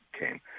came